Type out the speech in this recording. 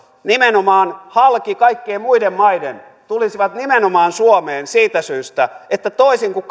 nimenomaan halki kaikkien muiden maiden tulisivat nimenomaan suomeen siitä syystä että toisin kuin